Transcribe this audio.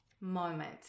moment